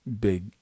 big